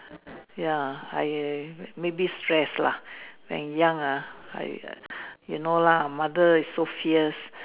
ya I I maybe stress lah when young ah I you know lah mother is so fierce